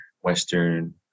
Western